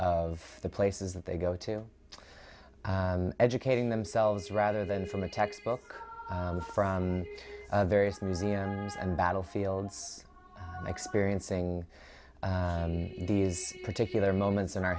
of the places that they go to educating themselves rather than from a textbook from various museums and battlefields experiencing these particular moments in our